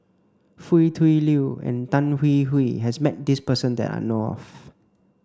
Foo Tui Liew and Tan Hwee Hwee has met this person that I know of